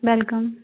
welcome